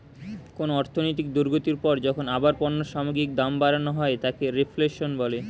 কোনো অর্থনৈতিক দুর্গতির পর যখন আবার পণ্য সামগ্রীর দাম বাড়ানো হয় তাকে রিফ্লেশন বলে